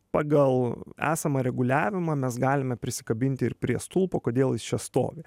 pagal esamą reguliavimą mes galime prisikabinti ir prie stulpo kodėl jis čia stovi